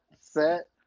set